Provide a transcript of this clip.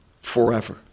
forever